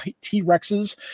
T-Rexes